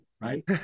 right